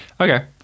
Okay